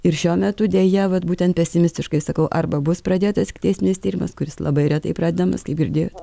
ir šiuo metu deja vat būtent pesimistiškai sakau arba bus pradėtas ikiteisminis tyrimas kuris labai retai pradedamas kai girdėjote